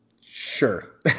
sure